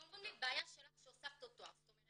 הם אומרים לי "בעיה שלך שהוספת עוד תואר".